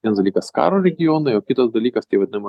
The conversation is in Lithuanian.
vienas dalykas karo regionai o kitas dalykas tie vadinama